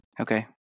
Okay